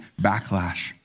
backlash